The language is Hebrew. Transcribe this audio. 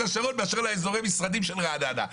השרון מאשר לאזורי המשרדים של רעננה.